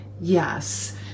yes